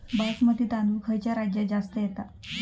बासमती तांदूळ खयच्या राज्यात जास्त येता?